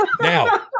Now